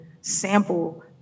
sample